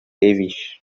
ewig